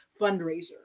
fundraiser